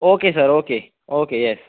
okay sir okay okay yes